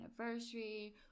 anniversary